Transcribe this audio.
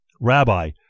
Rabbi